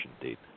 date